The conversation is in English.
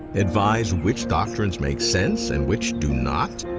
advise which doctrines make sense and which do not?